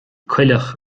coileach